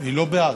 היא לא בעד.